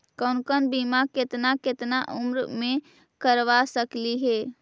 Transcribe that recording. कौन कौन बिमा केतना केतना उम्र मे करबा सकली हे?